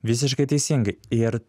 visiškai teisingai ir